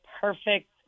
perfect